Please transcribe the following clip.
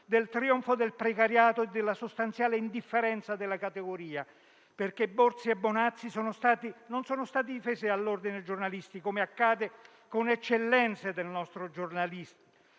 del trionfo del precariato e della sostanziale indifferenza della categoria. Borzi e Bonazzi, infatti, non sono stati difesi dall'Ordine dei giornalisti, come accade con eccellenze del nostro giornalismo